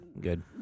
Good